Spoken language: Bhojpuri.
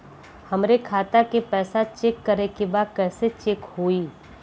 हमरे खाता के पैसा चेक करें बा कैसे चेक होई?